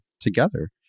together